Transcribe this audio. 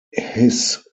his